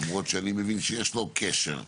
למרות שאני מבין שיש לו קשר,